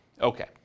Okay